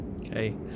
Okay